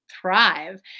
thrive